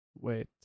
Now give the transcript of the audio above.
Wait